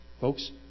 Folks